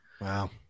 wow